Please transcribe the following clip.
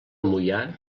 moià